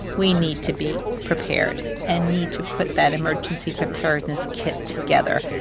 we need to be prepared and need to put that emergency preparedness kit together.